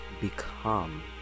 become